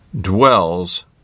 dwells